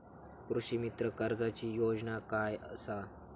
कृषीमित्र कर्जाची योजना काय असा?